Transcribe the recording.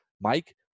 Mike